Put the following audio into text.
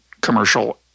commercial